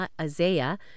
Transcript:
Isaiah